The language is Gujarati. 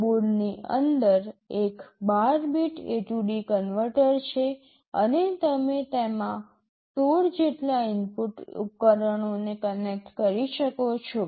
બોર્ડની અંદર એક ૧૨ બીટ AD કન્વર્ટર છે અને તમે તેમાં 16 જેટલા ઇનપુટ ઉપકરણોને કનેક્ટ કરી શકો છો